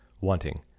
wanting